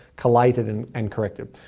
collated and and corrected.